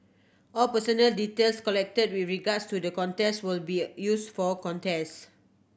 all personal details collected with regards to the contest will be used for contest